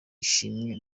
ishimwe